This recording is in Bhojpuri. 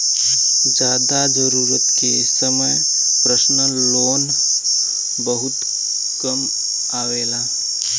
जादा जरूरत के समय परसनल लोन बहुते काम आवेला